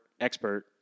expert